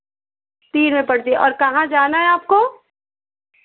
तीन मैं पड़ती और कहाँ जाना है आपको